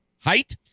height